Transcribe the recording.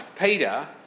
Peter